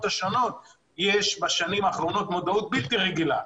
השונות יש בשנים האחרונות מודעות בלתי רגילה.